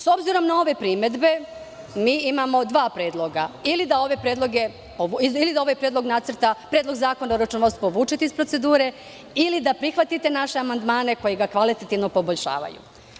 S obzirom na ove primedbe mi imamo dva predloga ili da ovaj predlog zakona o računovodstvu povučete iz procedure ili da prihvatite naše amandmane koji ga kvalitetnije poboljšavaju.